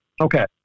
Okay